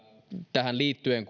tähän liittyen